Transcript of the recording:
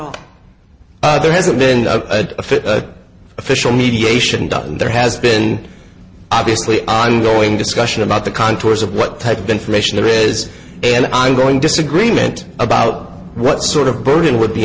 all there hasn't been a official mediation done and there has been obviously ongoing discussion about the contours of what type of information there is an ongoing disagreement about what sort of burden would be